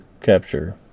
capture